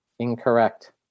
Incorrect